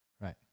Right